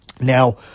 Now